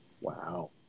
wow